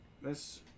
Miss